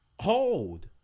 Hold